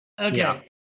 Okay